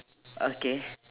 okay